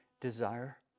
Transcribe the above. desire